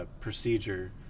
procedure